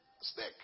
Stick